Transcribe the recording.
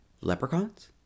Leprechauns